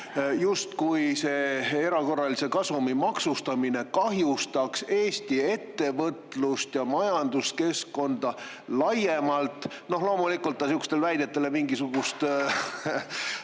justkui erakorralise kasumi maksustamine kahjustaks Eesti ettevõtlust ja majanduskeskkonda laiemalt. Loomulikult ta sihukestele väidetele mingisugust